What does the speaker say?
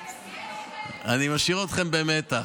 אני משאיר אתכם במתח.